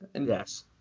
Yes